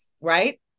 right